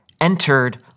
entered